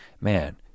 Man